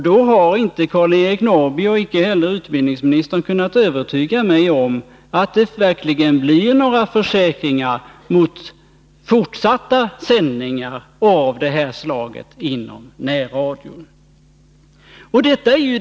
Varken Karl-Eric Norrby eller utbildningsministern har kunnat övertyga mig om eller gett mig några försäkringar om att sändningar Nr 162 av detta slag inte kommer att upprepas. Onsdagen den Här har vi en avgörande skillnad mellan närradion och övriga etermedia.